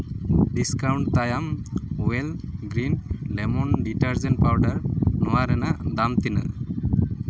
discount ᱛᱟᱭᱚᱢ ᱦᱩᱭᱤᱞ green lemon detergent powder ᱱᱚᱣᱟ ᱨᱮᱱᱟᱜ ᱫᱟᱢ ᱛᱤᱱᱟᱹᱜ